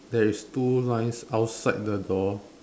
there is two lines outside the door